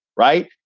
right.